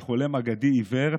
כחולם אגדי עיוור,